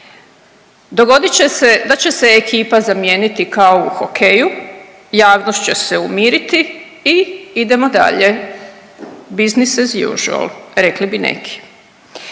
Dogodit će se da će se ekipa zamijeniti kao u hokeju, javnost će se umiriti i idemo dalje, business casual rekli bi neki.